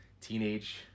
Teenage